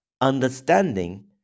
understanding